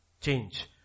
change